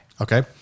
Okay